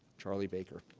charlie baker.